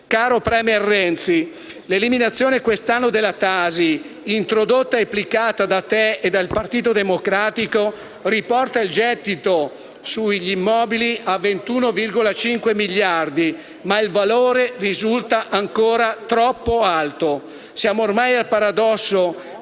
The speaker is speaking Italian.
Caro *premier* Renzi, l'eliminazione quest'anno della TASI, introdotta e applicata da te e dal Partito Democratico, riporta il gettito sugli immobili a 21,5 miliardi di euro, ma il valore risulta ancora troppo alto. Siamo ormai al paradosso